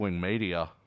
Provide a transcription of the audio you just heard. media